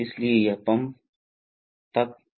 इसलिए ऊर्जा सम्बद्ध करने वाली होगी यही मूल तथ्य है